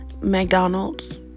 mcdonald's